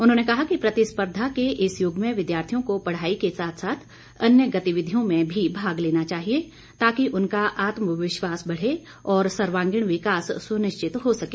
उन्होंने कहा कि प्रतिस्पर्धा के इस युग में विद्यार्थियों को पढ़ाई के साथ साथ अन्य गतिविधियों में भी भाग लेना चाहिए ताकि उनका आत्मविश्वास बढ़े और सर्वांगीण विकास सुनिश्चित हो सके